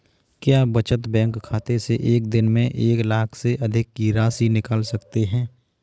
क्या बचत बैंक खाते से एक दिन में एक लाख से अधिक की राशि निकाल सकते हैं?